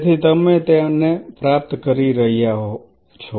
તેથી તમે તેને પ્રાપ્ત કરી રહ્યા છો